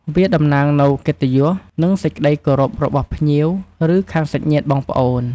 វាតំណាងនូវកិត្តិយស និងសេចក្ដីគោរពរបស់ភ្ញៀវឬខាងសាច់ញាតិបងប្អូន។